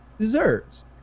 desserts